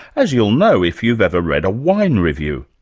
as you'll know if you've ever read a wine review.